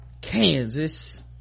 kansas